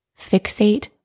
fixate